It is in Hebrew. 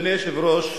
אדוני היושב-ראש,